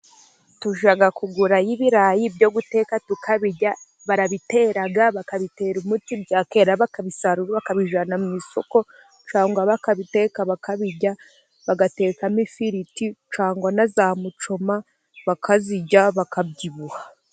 Tujya kugura yo ibirayi byo guteka tukabirya, barabitera, bakabitera umuti, bya kera bakabisarura bakabijyana mu isoko, cyangwa bakabiteka bakabirya, bagatekamo ifiriti cyangwa na za mucuma bakazirya bakabyibuha.